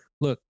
look